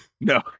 no